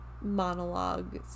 monologues